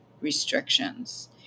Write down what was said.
restrictions